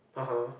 (uh huh)